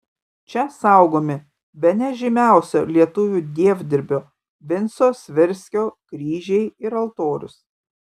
čia saugomi bene žymiausio lietuvių dievdirbio vinco svirskio kryžiai ir altorius